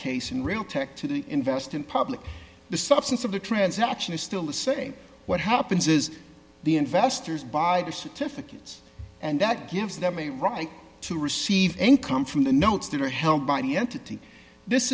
case in real tech to invest in public the substance of the transaction is still a say what happens is the investors buy to fix it and that gives them a right to receive income from the notes that are held by the entity this